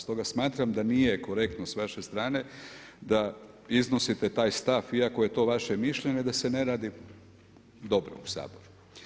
Stoga smatram da nije korektno s vaše strane da iznosite taj stav iako je to vaše mišljenje, da se ne radi dobro u Saboru.